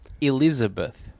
Elizabeth